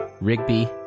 Rigby